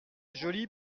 jolie